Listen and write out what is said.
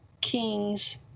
kings